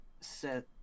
set